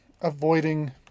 avoiding